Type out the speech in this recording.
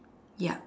yup